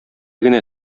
генә